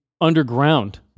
underground